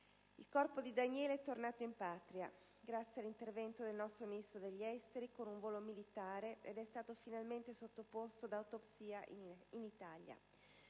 Il corpo di Daniele è tornato in patria, grazie all'intervento del nostro Ministro degli esteri, con un volo militare ed è stato finalmente sottoposto ad autopsia in Italia.